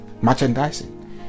merchandising